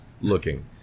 Looking